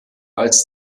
als